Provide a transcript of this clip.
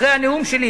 אחרי הנאום שלי,